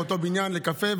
באותו בניין לקפה,